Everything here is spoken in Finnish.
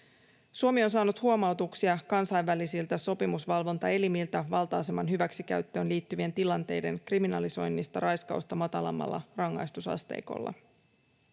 Suomi on saanut huomautuksia kansainvälisiltä sopimusvalvontaelimiltä valta-aseman hyväksikäyttöön liittyvien tilanteiden kriminalisoinnista raiskausta matalammalla rangaistusasteikolla.